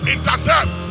Intercept